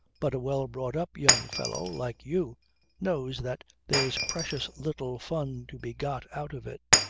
but a well brought-up young fellow like you knows that there's precious little fun to be got out of it.